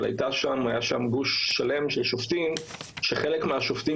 אבל היה שם גוש שלם של שופטים שחלק מהשופטים